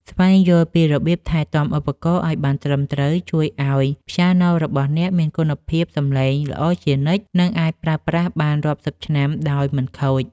ស្វែងយល់ពីរបៀបថែទាំឧបករណ៍ឱ្យបានត្រឹមត្រូវជួយឱ្យព្យ៉ាណូរបស់អ្នកមានគុណភាពសម្លេងល្អជានិច្ច និងអាចប្រើប្រាស់បានរាប់សិបឆ្នាំដោយមិនខូច។